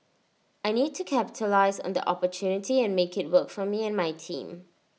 I need to capitalise on the opportunity and make IT work for me and my team